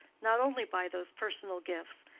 not only by those personal gifts,